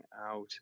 out